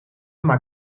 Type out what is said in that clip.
maar